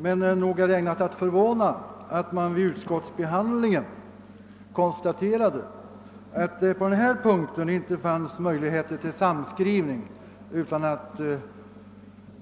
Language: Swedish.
Men nog är det ägnat att förvåna att det vid utskottsbehandlingen konstaterades att det på denna punkt inte gick att åstadkomma en sammanskrivning utan att